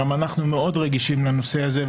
גם אנחנו מאוד רגישים לנושא הזה,